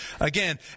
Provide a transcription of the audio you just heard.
again